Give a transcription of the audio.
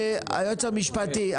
היועץ המשפטי,